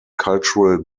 cultural